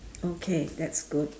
okay that's good